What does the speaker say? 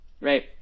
Right